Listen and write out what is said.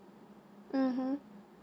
mmhmm